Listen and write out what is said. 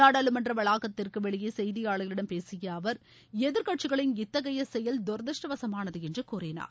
நாடாளுமன்ற வளாகத்திற்கு வெளியே செய்தியாளர்களிடம் பேசிய அவர் எதிர்கட்சிகளின் இத்தகைய செயல் துருதஷ்டவசமானது என்று கூறினார்